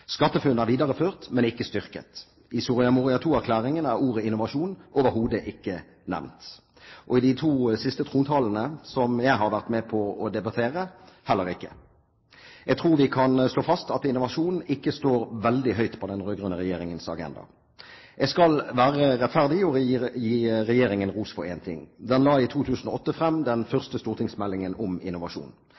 er videreført, men ikke styrket. I Soria Moria II-erklæringen er ordet «innovasjon» overhodet ikke nevnt, og i de to siste trontalene som jeg har vært med på å debattere, heller ikke. Jeg tror vi kan slå fast at innovasjon ikke står veldig høyt på den rød-grønne regjeringens agenda. Jeg skal være rettferdig og gi regjeringen ros for én ting: Den la i 2008 frem den første stortingsmeldingen om innovasjon.